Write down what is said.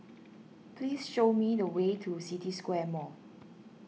please show me the way to City Square Mall